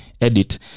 edit